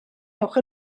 ewch